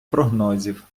прогнозів